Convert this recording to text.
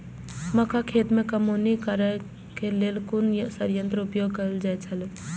मक्का खेत में कमौनी करेय केय लेल कुन संयंत्र उपयोग कैल जाए छल?